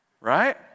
right